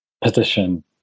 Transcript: position